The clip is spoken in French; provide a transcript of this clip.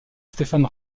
stéphane